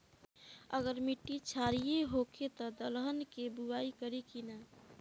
अगर मिट्टी क्षारीय होखे त दलहन के बुआई करी की न?